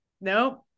nope